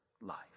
life